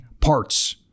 parts